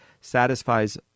satisfies